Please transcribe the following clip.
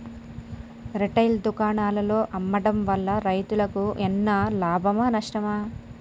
Retail దుకాణాల్లో అమ్మడం వల్ల రైతులకు ఎన్నో లాభమా నష్టమా?